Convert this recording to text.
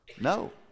No